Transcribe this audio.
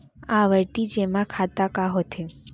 आवर्ती जेमा खाता का होथे?